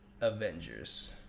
Avengers